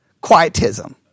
Quietism